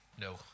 No